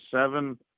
seven